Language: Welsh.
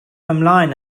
ymlaen